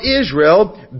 Israel